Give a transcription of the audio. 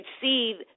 see